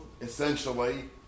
essentially